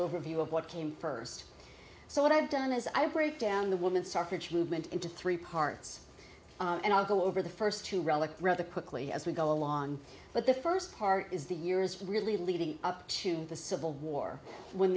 overview of what came first so what i've done is i break down the woman suffrage movement into three parts and i'll go over the first two relic rather quickly as we go along but the first part is the years really leading up to the civil war when